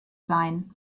sein